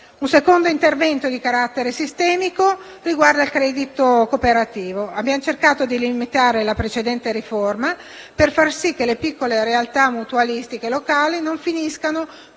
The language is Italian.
Un secondo intervento di carattere sistemico riguarda il credito cooperativo: abbiamo cercato di limitare la precedente riforma, per far sì che le piccole realtà mutualistiche locali non finiscano